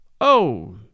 Oh